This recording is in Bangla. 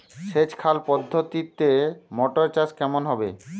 সেচ খাল পদ্ধতিতে মটর চাষ কেমন হবে?